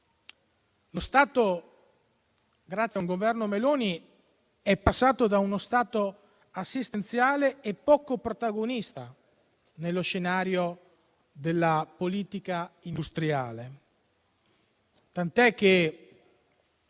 lo Stato, grazie al Governo Meloni, passa da uno Stato assistenziale a protagonista nello scenario della politica industriale. Qualcuno